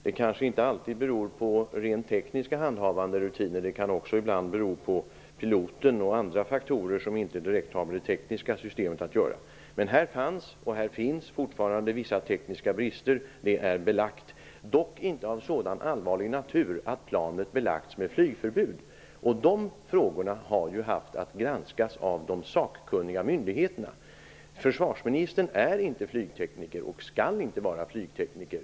Det kanske inte alltid beror på rent tekniska handhavanden och rutiner. Det kan också ibland bero på piloten och andra faktorer som inte direkt har med det tekniska systemet att göra. Här fanns och finns fortfarande vissa tekniska brister -- det är klarlagt -- dock inte av så allvarlig natur att planet belagts med flygförbud. Dessa frågor har ju granskats av de sakkunniga myndigheterna. Försvarsministern är inte och skall inte vara flygtekniker.